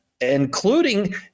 including